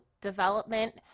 development